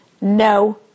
No